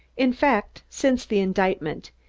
in fact, since the indictment,